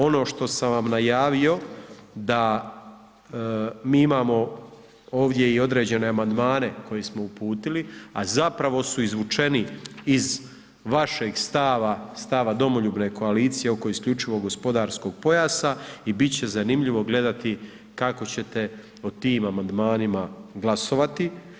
Ono što sam vam najavio da mi imamo ovdje i određene amandmane koje smo uputili, a zapravo su izvučeni iz vašeg stava, stava domoljubne koalicije oko isključivog gospodarskog pojasa i bit će zanimljivo gledati kako ćete o tim amandmanima glasovati.